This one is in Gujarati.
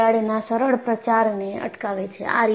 તેઓ તિરાડના સરળ પ્રચારને અટકાવે છે